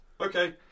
okay